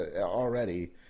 already